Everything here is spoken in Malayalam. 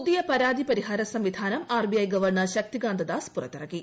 പുതിയ പരാതി പരിഹാര സംവിധാനം RBI governor Shaktikanta Das പുറത്തിറക്കി